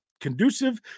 conducive